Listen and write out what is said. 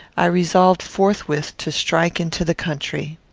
i resolved forthwith to strike into the country.